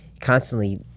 constantly